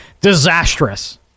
disastrous